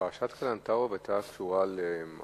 פרשת קלנטרוב היתה קשורה למעון?